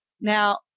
Now